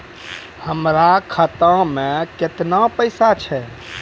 हमर खाता मैं केतना पैसा छह?